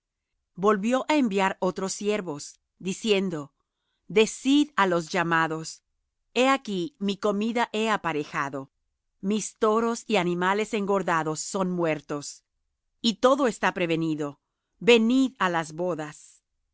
volvió á enviar otros siervos diciendo decid á los llamados he aquí mi comida he aparejado mis toros y animales engordados son muertos y todo está prevenido venid á las bodas